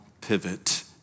pivot